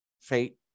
fate